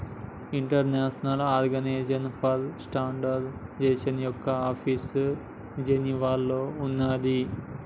international organization for standardization యొక్క office జెనీవాలో ఉన్నాది